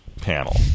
panel